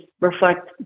reflect